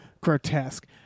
grotesque